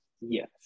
Yes